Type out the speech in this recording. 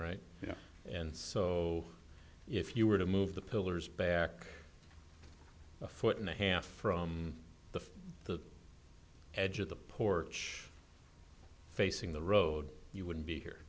know and so if you were to move the pillars back a foot and a half from the the edge of the porch facing the road you would be here